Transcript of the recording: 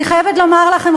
אני חייבת לומר לכם,